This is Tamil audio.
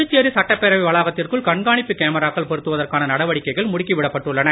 புதுச்சேரி சட்டப்பேரவை வளாகத்திற்குள் கண்காணிப்பு கேமராக்கள் பொருத்துவதற்கான நடவடிக்கைகள் முடுக்கி விடப்பட்டுள்ளன